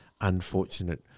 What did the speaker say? Unfortunate